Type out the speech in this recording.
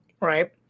right